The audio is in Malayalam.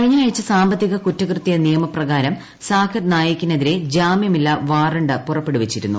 കഴിഞ്ഞ ആഴ്ച സാമ്പത്തിക കുറ്റകൃത്യ നിയമപ്രകാരം സാകിർ നായികിനെതിരെ ജാമ്യമില്ലാ വാറണ്ട് പുറപ്പെടുവിച്ചിരുന്നു